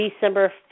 December